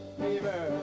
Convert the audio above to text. fever